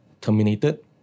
terminated